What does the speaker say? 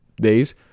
days